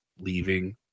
leaving